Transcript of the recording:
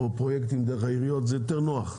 או פרויקטים דרך העיריות זה יותר נוח.